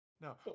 No